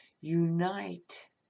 unite